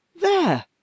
There